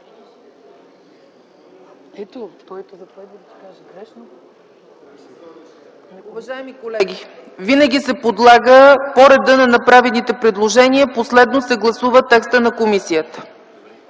на гласуване по реда на направените предложения. Последно се гласува текстът на комисията.